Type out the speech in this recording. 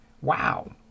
Wow